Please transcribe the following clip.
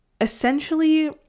essentially